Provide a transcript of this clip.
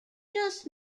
just